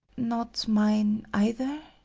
not mine either?